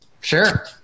Sure